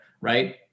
right